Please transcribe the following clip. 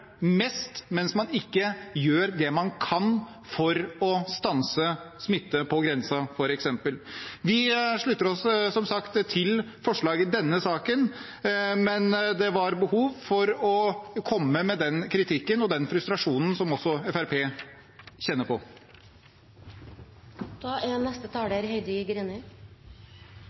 mest, mens man ikke gjør det man kan, f.eks. for å stanse smitte på grensen. Vi slutter oss som sagt til forslaget i denne saken, men det var behov for å komme med den kritikken og den frustrasjonen som også Fremskrittspartiet kjenner på. Krav om covid-19-test maks 72 timer før ankomst er